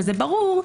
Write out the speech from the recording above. וזה ברור,